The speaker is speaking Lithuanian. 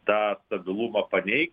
tą stabilumą paneigt